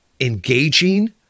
engaging